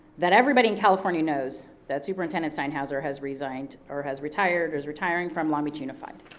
that everybody in california knows, that superintendent steinhauser has resigned, or has retired, or is retiring from long beach unified.